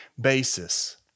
basis